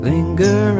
Linger